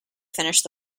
finished